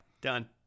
Done